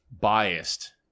biased